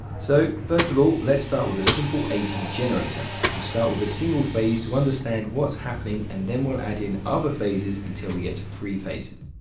so, first of all, let's start with a simple ac generator. we'll start with a single phase to understand what's happening, and then we'll add in other phases until we get to three phases.